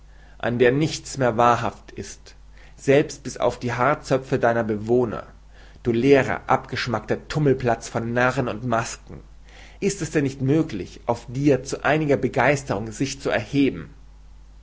an der nichts mehr wahrhaft ist selbst bis auf die haarzöpfe deiner bewohner du leerer abgeschmackter tummelplatz von narren und masken ist es denn nicht möglich auf dir zu einiger begeisterung sich zu erheben